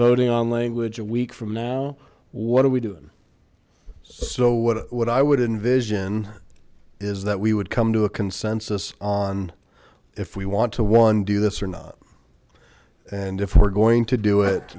voting on language a week from now what are we doing so what what i would envision is that we would come to a consensus on if we want to one do this or not and if we're going to do it